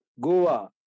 Goa